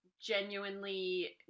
genuinely